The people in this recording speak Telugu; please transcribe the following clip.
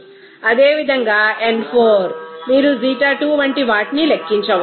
అదేవిధంగా n4 మీరు ξ2 వంటి వాట్ని లెక్కించవచ్చు